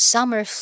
Summer